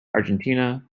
argentina